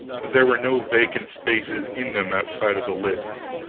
there were no vacant spaces in them outside of the lists,